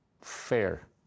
fair